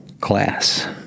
class